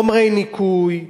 חומרי ניקוי,